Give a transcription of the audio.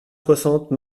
soixante